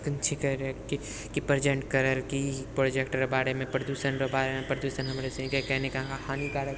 छिकै रहै कि प्रेजेन्ट करैलए कि प्रोजेक्टके बारेमे कि प्रदूषणरऽ बारेमे प्रदूषण हमरे सनीके हानिकारक